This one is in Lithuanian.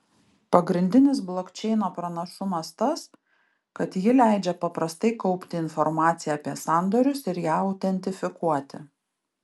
pagrindinis blokčeino pranašumas tas kad ji leidžia paprastai kaupti informaciją apie sandorius ir ją autentifikuoti